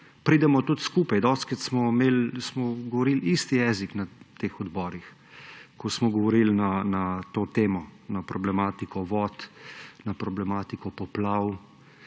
Pridemo tudi skupaj. Dostikrat smo govorili isti jezik na teh odborih, ko smo govorili na to temo, o problematiki vod, o problematiki poplav,